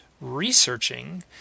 researching